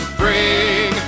bring